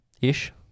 ish